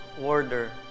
order